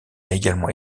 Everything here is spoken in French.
également